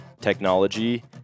technology